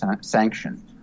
sanction